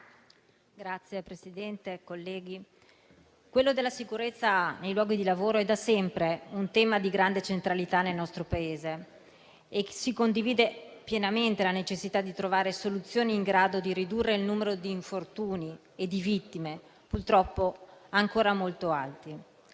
Signor Presidente, colleghi, quello della sicurezza sui luoghi di lavoro è da sempre un tema di grande centralità nel nostro Paese e si condivide pienamente la necessità di trovare soluzioni in grado di ridurre il numero di infortuni e di vittime, purtroppo ancora molto alto.